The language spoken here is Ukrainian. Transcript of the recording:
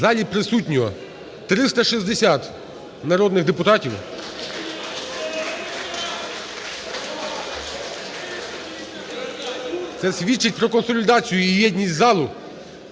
В залі присутньо 360 народних депутатів. (Оплески) Це свідчить про консолідацію і єдність залу